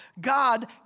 God